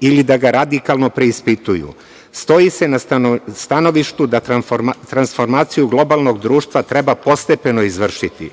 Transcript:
ili da ga radikalno preispituju. Stoji se na stanovištu da transformaciju globalnog društva treba postepeno izvršiti.